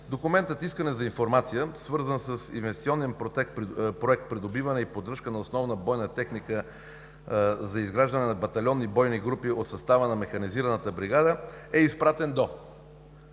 документът „Искане за информация“, свързан с инвестиционен Проект „Придобиване и поддръжка на основна бойна техника за изграждане на батальонни бойни групи от състава на механизирана бригада“ е изпратен до: